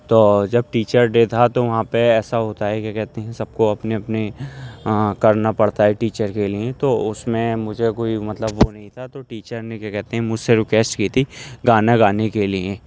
تو جب teacher day تھا تو وہاں پہ ایسا ہوتا ہے کیا کہتے ہیں سب کو اپنے اپنے کرنا پڑتا ہے ٹیچر کے لیے تو اس میں مجھے کوئی مطلب وہ نہیں تھا تو ٹیچر نے کیا کہتے ہیں مجھ سے ریکویسٹ کی تھی گانا گانے کے لیے